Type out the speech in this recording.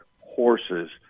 horses